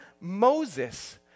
Moses